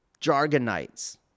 jargonites